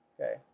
Okay